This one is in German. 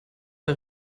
bei